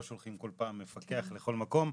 לא שולחים כל פעם מפקח לכל מקום.